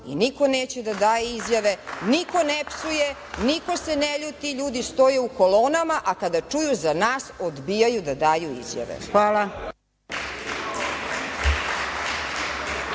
i niko neće da da izjave, niko ne psuje, niko se ne ljuti, ljudi stoje u kolonama, a kada čuju za nas odbijaju da daju izjave.